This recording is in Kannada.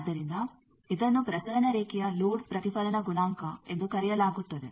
ಆದ್ದರಿಂದ ಇದನ್ನು ಪ್ರಸರಣ ರೇಖೆಯ ಲೋಡ್ ಪ್ರತಿಫಲನ ಗುಣಾಂಕ ಎಂದು ಕರೆಯಲಾಗುತ್ತದೆ